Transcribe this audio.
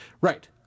Right